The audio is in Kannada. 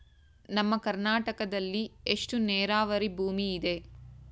ನಮ್ಮ ಕರ್ನಾಟಕದಲ್ಲಿ ಎಷ್ಟು ನೇರಾವರಿ ಭೂಮಿ ಇದೆ?